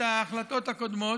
ההחלטות הקודמות,